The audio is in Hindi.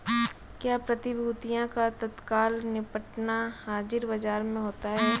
क्या प्रतिभूतियों का तत्काल निपटान हाज़िर बाजार में होता है?